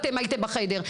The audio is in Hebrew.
אתם הייתם בחדר,